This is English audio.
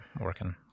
working